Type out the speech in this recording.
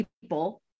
people